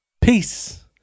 Peace